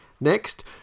Next